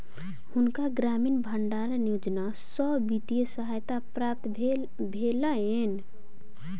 हुनका ग्रामीण भण्डारण योजना सॅ वित्तीय सहायता प्राप्त भेलैन